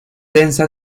densa